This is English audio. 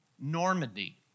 Normandy